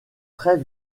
très